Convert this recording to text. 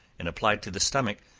and applied to the stomach,